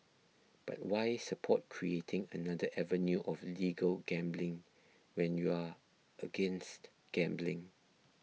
but why support creating another avenue of legal gambling when you're against gambling